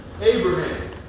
Abraham